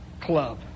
Club